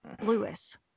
Lewis